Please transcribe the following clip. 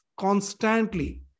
constantly